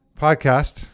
podcast